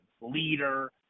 leader